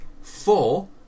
four